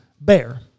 bear